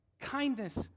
Kindness